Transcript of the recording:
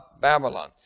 Babylon